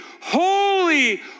holy